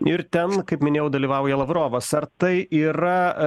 ir ten kaip minėjau dalyvauja lavrovas ar tai yra